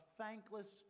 thankless